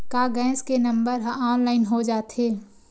का गैस के नंबर ह ऑनलाइन हो जाथे?